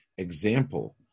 example